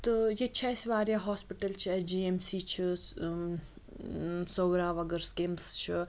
تہٕ ییٚتہِ چھِ اسہِ واریاہ ہاسپِٹَل چھِ اسہِ جی ایٚم سی چھِ سورہ وَغٲر سِکِمٕز چھُ